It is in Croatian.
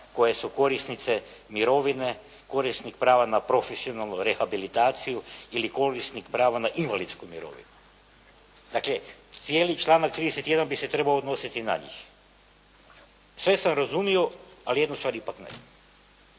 koje su korisnice mirovine, korisnik prava na profesionalnu rehabilitaciju ili korisnik prava na invalidsku mirovinu. Dakle cijeli članak 31. bi se trebao odnositi na njih. Sve sam razumio ali jednu stvar ipak ne